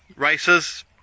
races